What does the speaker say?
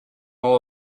all